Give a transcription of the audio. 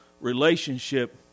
relationship